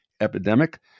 epidemic